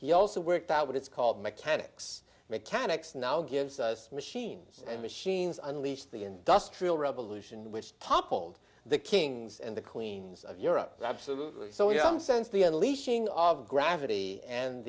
he also worked out what it's called mechanics mechanics now gives us machines and machines unleashed the industrial revolution which toppled the kings and the queens of europe absolutely so you can sense the unleashing of gravity and